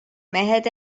mehed